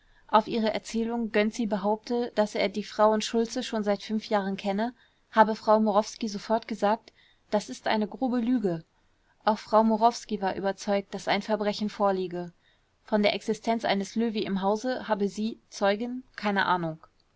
auf ihre erzählung gönczi behaupte daß er die frauen schultze schon seit jahren kenne habe frau murowski sofort gesagt das ist eine grobe lüge auch frau murowski war überzeugt daß ein verbrechen vorliege von der existenz eines löwy im hause habe sie zeugin keine ahnung